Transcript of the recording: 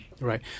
Right